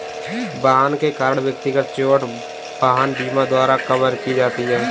वाहन के कारण व्यक्तिगत चोट वाहन बीमा द्वारा कवर की जाती है